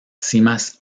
cimas